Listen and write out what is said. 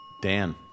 Dan